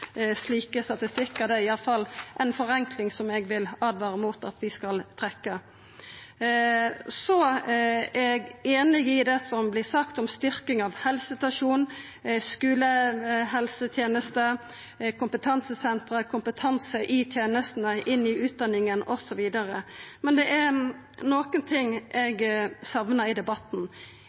slike statistikkar, og det er iallfall ei forenkling som eg vil åtvara mot at vi skal gjera. Eg er einig i det som vert sagt om styrking av helsestasjonen, skulehelsetenester, kompetansesenteret, kompetanse i tenestene, inn i utdanninga osv. Men det er nokre ting eg saknar i debatten.